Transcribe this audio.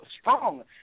strong